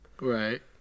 right